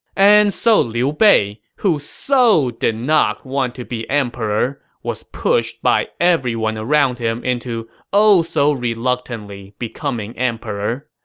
and so liu bei, who so did not want to be emperor, was pushed by everyone around him into oh-so-reluctantly becoming emperor.